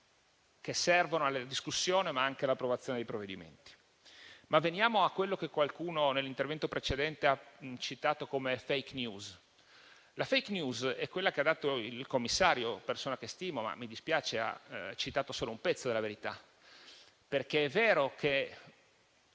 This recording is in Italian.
che servono alla discussione, ma anche all'approvazione dei provvedimenti. Ma veniamo a quello che qualcuno nell'intervento precedente ha citato come *fake news.* La *fake news* è quella che ha dato il commissario, persona che stimo, ma che - mi dispiace - ha citato solo un pezzo della verità. È vero,